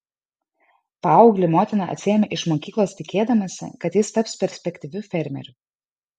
paauglį motina atsiėmė iš mokyklos tikėdamasi kad jis taps perspektyviu fermeriu